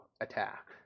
attack